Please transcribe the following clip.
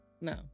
No